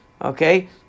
Okay